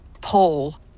Paul